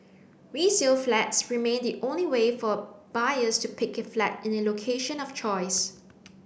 resale flats remain the only way for buyers to pick a flat in a location of choice